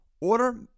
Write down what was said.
Order